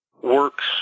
works